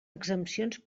exempcions